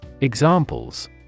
Examples